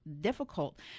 difficult